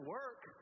work